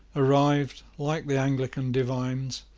arrived, like the anglican divines,